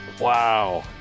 Wow